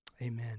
Amen